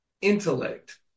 intellect